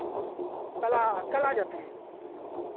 कल आ कल आ जाते हैं